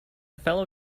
fellow